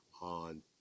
On